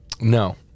No